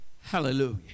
Hallelujah